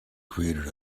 created